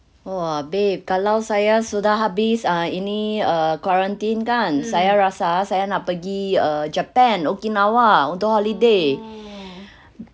!whoa! babe kalau saya sudah habis uh ini err quarantine kan saya rasa saya nak pergi uh japan okinawa untuk holiday